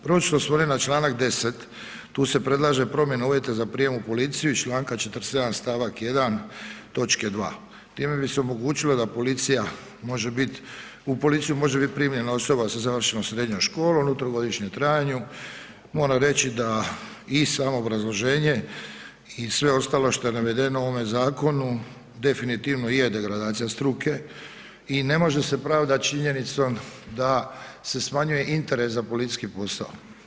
Prvo ću se osvnut na Članak 10. tu se predlaže promjena uvjeta za prijam u policiju iz Članka 47. stavak 1. točke 2., time bi se omogućilo da policija može bit, u policiju može bit primljena osoba sa završenom srednjom školom u trogodišnjem trajanju, moram reći da i samo obrazloženje i sve ostalo što je navedeno u ovome zakonu definitivno je degradacija struke i ne može se pravdat činjenicom da se smanjuje interes za policijski posao.